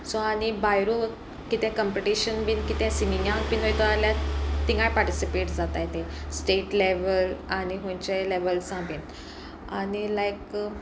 so आनी भायर कितें कंपिटिशन बीन कितें सिमिंगाक बीन वयता जाल्यार तिंगाय पार्टिसिपेट जाताय ते स्टेट लेवल आनी खंयच्याय लेवल्सां बीन आनी लायक